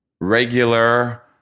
regular